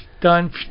done